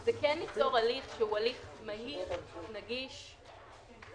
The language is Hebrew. היא ליצור הליך שהוא הליך מהיר, נגיש ונוח,